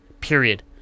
period